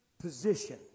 position